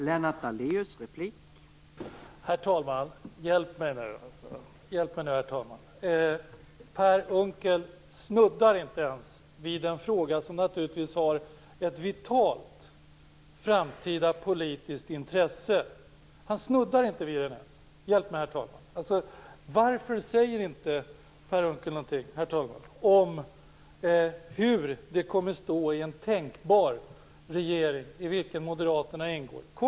Herr talman! Hjälp mig nu, herr talman! Per Unckel snuddar inte ens vid den fråga som naturligtvis har ett vitalt framtida politiskt intresse. Han snuddar inte ens vid den. Hjälp mig, herr talman! Varför säger inte Per Unckel något om vad det kommer att stå i en tänkbar regeringsdeklaration från en regering som Moderaterna kommer att ingå i?